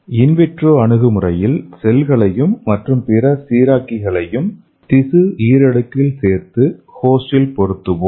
இன் vitro அணுகுமுறையில் செல்களையும் மற்றும் பிற சீராக்கிகளையும் திசு ஈரடுக்கில் சேர்த்து ஹோஸ்டில் பொருத்துவோம்